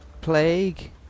Plague